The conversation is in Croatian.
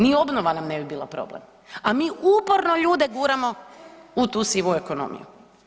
Ni obnova nam ne bi bila problem, a mi uporno ljude guramo u tu sivu ekonomiju.